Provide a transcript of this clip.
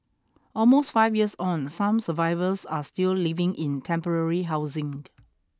almost five years on some survivors are still living in temporary housing